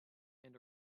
and